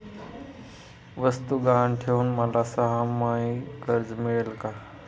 वस्तू गहाण ठेवून मला सहामाही कर्ज मिळेल का?